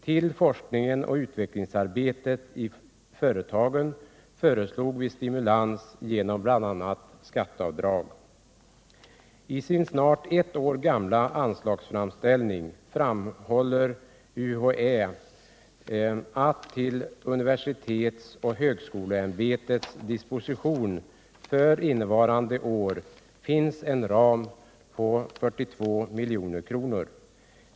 Till forskningen och utvecklingsarbetet i företagen föreslog vi stimulans genom bl.a. skatteavdrag. I sin snart ett år gamla anslagsframställning framhåller UHÄ att till universitetsoch högskoleämbetets disposition för innevarande år finns en ram på 42 milj.kr.